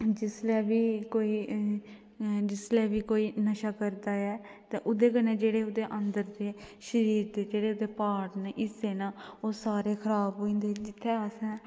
जिसलै बी कोई जिसलै बी कोई नशा करदा ऐ ते ओह्दे कन्नै जेह्ड़े ओह्दे अंदर दे शरीर दे जेह्ड़े ओह्दे पार्टस न हिस्से न ओह् सारे खराब होई जंदे जित्थे असें